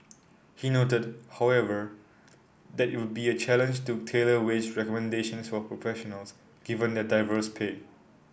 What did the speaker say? he noted however that it would be a challenge to tailor wage recommendations for professionals given their diverse pay